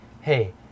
hey